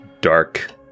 dark